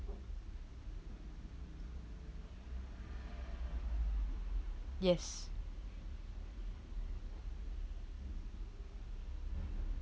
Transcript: yes